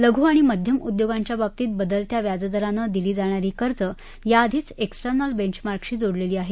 लघु आणि मध्यम उद्योगांच्या बाबतीत बदलत्या व्याजदरानं दिली जाणारी कर्जं याआधीच एक्सटर्नल बेंचमार्कशी जोडलेली आहेत